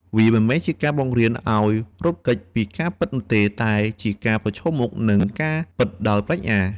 វាមិនមែនជាការបង្រៀនឱ្យរត់គេចពីការពិតនោះទេ តែជាការប្រឈមមុខនឹងការពិតដោយប្រាជ្ញា។